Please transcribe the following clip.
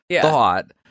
thought